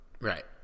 Right